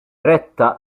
retta